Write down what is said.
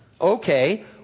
Okay